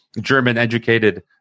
German-educated